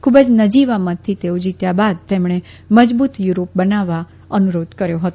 ખુબ નજીવા મતથી જીત્યા બાદ તેમણે મ બુત યુરોપ બનાવવા નુરોધ કર્યો હતો